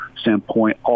standpoint